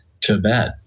Tibet